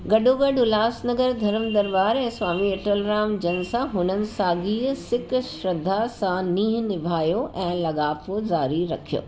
गॾो गॾु उल्हास नगर धरम दरबार ऐं स्वामी अटलराम जन सां हुननि साॻीअ सिक श्रद्धा सां नीह निभायो ऐं लॻापो ज़ारी रखियो